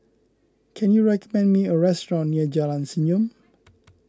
can you recommend me a restaurant near Jalan Senyum